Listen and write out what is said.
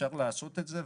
ואפשר לעשות את זה,